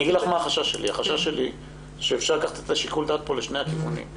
החשש שלי הוא שאפשר לקחת את שיקול הדעת פה לשני הכיוונים.